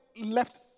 left